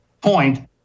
point